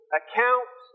accounts